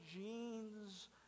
jeans